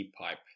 pipe